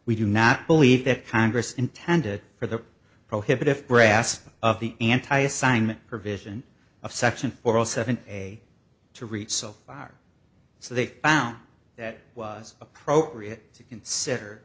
we do not believe that congress intended for the prohibitive brass of the anti assignment provision of section for all seven a to reach so far so they found that it was appropriate to consider